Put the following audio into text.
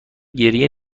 گریه